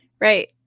right